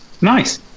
Nice